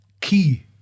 key